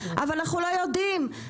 אבל אנחנו לא יודעים,